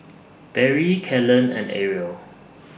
Barrie Kalyn and Arielle